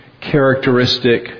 characteristic